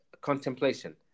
contemplation